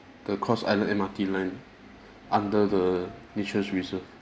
the cross island M_R_T line under the nature's reserve